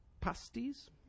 pasties